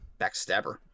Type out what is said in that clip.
backstabber